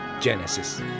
Genesis